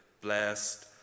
blessed